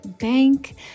Bank